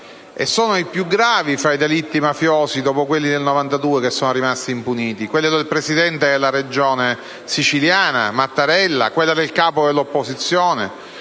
sono i più gravi fra i delitti mafiosi, dopo quelli del 1992, ad essere rimasti impuniti: l'uccisione del presidente della Regione siciliana, Mattarella, e quella del capo dell'opposizione.